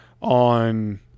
on